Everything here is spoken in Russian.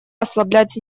ослаблять